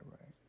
right